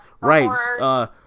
Right